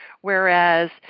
whereas